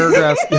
yes